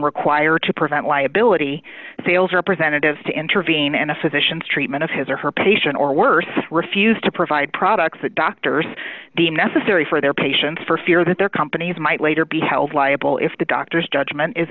require to prevent liability sales representatives to intervene and the physicians treatment of his or her patient or worse refuse to provide products that doctors deem necessary for their patients for fear that their companies might later be held liable if the doctors judgement is